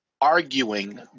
arguing